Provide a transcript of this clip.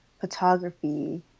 photography